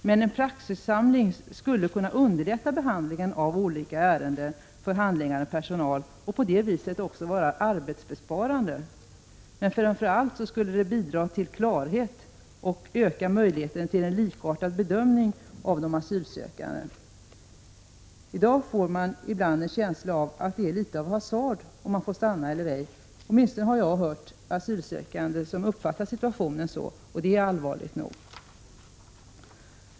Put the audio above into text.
Men en praxissamling skulle kunna underlätta behandlingen av olika ärenden för handläggande personal och på det viset vara arbetsbesparande. Framför allt skulle den kunna bidra till klarhet och öka möjligheterna till en likartad bedömning av de asylsökande. I dag får de asylsökande ibland en känsla av att det är litet av hasard om de får stanna i landet eller ej. Åtminstone har jag hört asylsökande som uppfattat situationen så. Det är allvarligt nog.